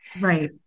Right